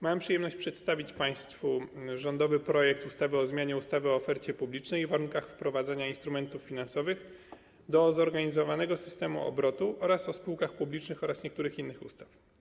Mam przyjemność przedstawić państwu rządowy projekt ustawy o zmianie ustawy o ofercie publicznej i warunkach wprowadzania instrumentów finansowych do zorganizowanego systemu obrotu oraz o spółkach publicznych oraz niektórych innych ustaw.